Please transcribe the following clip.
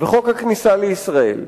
וחוק הכניסה לישראל,